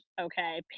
Okay